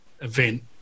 event